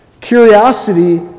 Curiosity